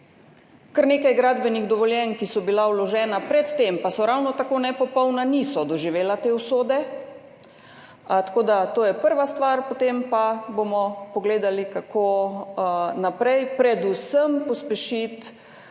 kar nekaj gradbenih dovoljenj, ki so bila vložena pred tem pa so ravno tako nepopolna, ni doživelo te usode. To je prva stvar, potem pa bomo pogledali, kako naprej, predvsem pospešiti